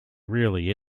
really